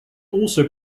also